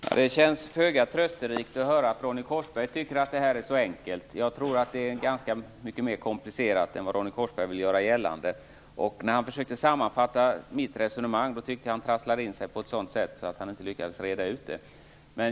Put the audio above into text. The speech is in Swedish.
Herr talman! Det känns föga trösterikt att höra att Ronny Korsberg tycker att det här är så enkelt. Jag tror att det är ganska mycket mer komplicerat än vad Ronny Korsberg vill göra gällande. När han försökte sammanfatta mitt resonemang tyckte jag att han trasslade in sig på ett sådant sätt att han inte lyckades reda ut det.